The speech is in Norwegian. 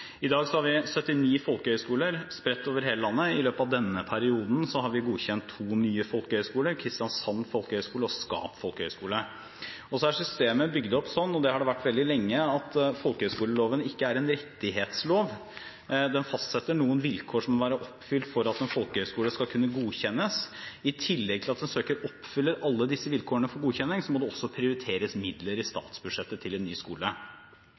I dag har vi 79 folkehøyskoler spredt over hele landet. I løpet av denne perioden har vi godkjent to nye folkehøyskoler, Kristiansand Folkehøyskole og Skap Kreativ Folkehøyskole. Systemet er slik – og det har det vært veldig lenge – at folkehøyskoleloven ikke er en rettighetslov. Den fastsetter noen vilkår som må være oppfylt for at en folkehøyskole skal kunne godkjennes. I tillegg til at en søker oppfyller alle disse vilkårene for godkjenning, må det prioriteres midler i statsbudsjettet til en ny skole.